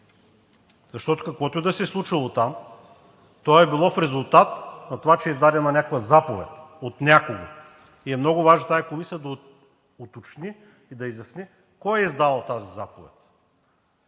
защото каквото и да се е случило там, то е било в резултат на това, че е издадена някаква заповед от някого и е много важно тази комисия да уточни и да изясни кой е издал тази заповед.